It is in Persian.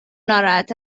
ناراحت